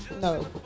No